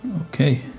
Okay